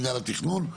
מנהל התכנון.